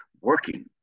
working